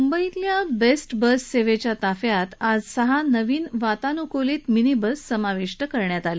मुंबईतल्या best bus सेवेच्या ताफ्यात आज सहा नव्या वातानुकूलीत मिनी बस समाविष्ट करण्यात आल्या